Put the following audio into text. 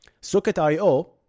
Socket.io